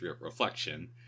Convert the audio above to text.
Reflection